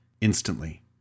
instantly